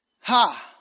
Ha